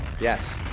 Yes